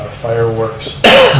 fireworks,